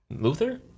Luther